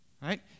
right